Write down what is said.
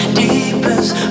deepest